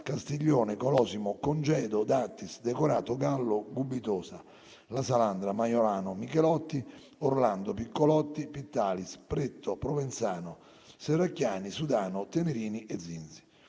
Castiglione, Colosimo, Congedo, D'Attis, De Corato, Gallo, Gubitosa, La Salandra, Maiorano, Michelotti, Orlando, Piccolotti, Pittalis, Pretto, Provenzano, Serracchiani, Sudano, Tenerini e Zinzi.